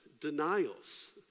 denials